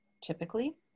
typically